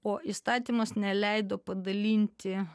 o įstatymas neleido padalinti